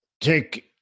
take